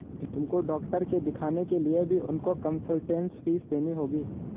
तुमको डॉक्टर के दिखाने के लिए भी उनको कंसलटेन्स फीस देनी होगी